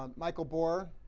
um michael boar,